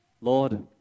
Lord